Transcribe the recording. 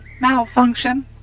Malfunction